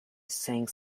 saying